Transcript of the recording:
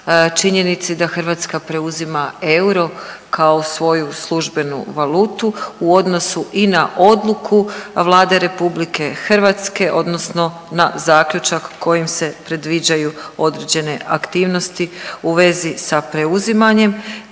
činjenici da Hrvatska preuzima euro kao svoju službenu valutu u odnosu i na odluku Vlade RH odnosno na zaključak kojim se predviđaju određene aktivnosti u vezi sa preuzimanjem.